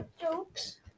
jokes